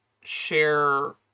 share